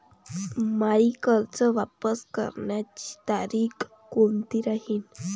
मायी कर्ज वापस करण्याची तारखी कोनती राहीन?